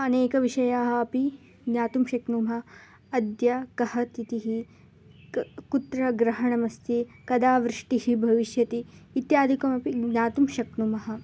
अनेकाः विषयाः अपि ज्ञातुं शक्नुमः अद्य कः तिथिः क् कुत्र ग्रहणमस्ति कदा वृष्टिः भविष्यति इत्यादिकमपि ज्ञातुं शक्नुमः